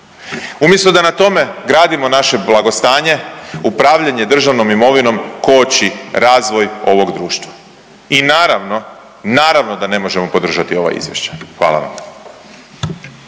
umjesto da na tome gradimo naše blagostanje, upravljanje državnom imovinom koči razvoj ovog društva. I naravno, naravno da ne možemo podržati ova izvješća. Hvala vam.